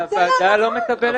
זה לא נכון.